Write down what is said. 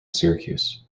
syracuse